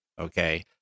okay